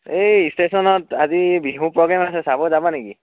এই ষ্টেচনত আজি বিহু প্ৰগ্ৰেম আছে চাব যাবা নেকি